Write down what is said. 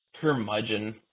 Curmudgeon